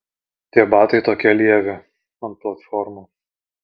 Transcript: tie batai tokie lievi ant platformų